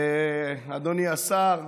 אדוני השר,